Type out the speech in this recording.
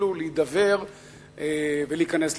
להידבר ולהיכנס למשא-ומתן.